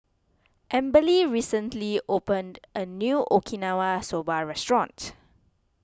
Amberly recently opened a New Okinawa Soba Restaurant